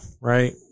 right